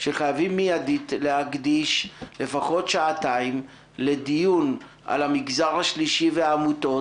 שחייבים מידית להקדיש לפחות שעתיים לדיון על המגזר השלישי והעמותות,